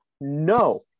no